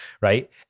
Right